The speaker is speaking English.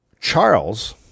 Charles